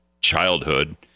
childhood